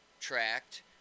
tracked